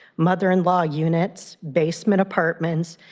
mother-in-law units, basement apartments,